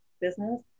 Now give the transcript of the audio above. business